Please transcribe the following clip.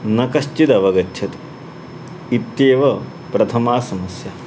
न कश्चिदवगच्छत् इत्येव प्रथमा समस्या